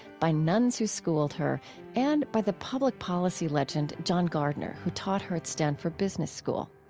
by nuns who schooled her and by the public policy legend john gardner, who taught her at stanford business school.